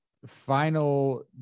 Final